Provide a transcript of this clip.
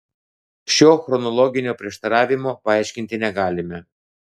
šio chronologinio prieštaravimo paaiškinti negalime